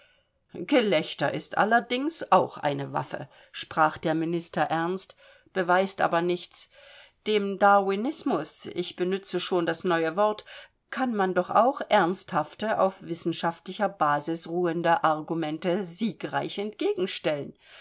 gelächter ist allerdings auch eine waffe sprach der minister ernst beweist aber nichts dem darwinismus ich benütze schon das neue wort kann man doch auch ernsthafte auf wissenschaftlicher basis ruhende argumente siegreich entgegenstellen